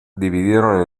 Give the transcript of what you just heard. dividieron